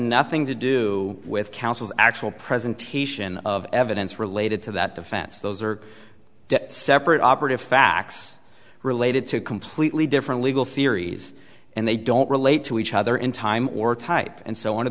nothing to do with counsel's actual presentation of evidence related to that defense those are separate operative facts related to completely different legal theories and they don't relate to each other in time or type and so on of